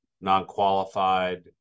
non-qualified